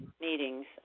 meetings